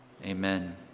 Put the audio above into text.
Amen